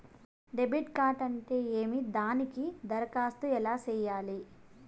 debit card అంటే ఏమి దానికి దరఖాస్తు ఎలా సేయాలి